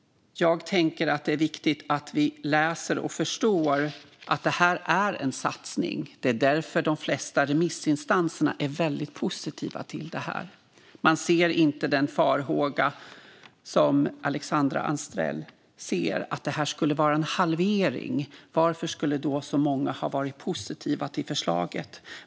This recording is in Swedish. Det är viktigt att vi läser och förstår att detta är en satsning. Det är därför de flesta remissinstanser är väldigt positiva. Man har inte den farhåga som Alexandra Anstrell har, att det här skulle vara en halvering. Varför skulle då så många ha varit positiva till förslaget?